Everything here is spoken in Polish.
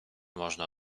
można